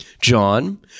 John